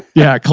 yeah.